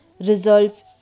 results